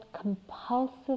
compulsive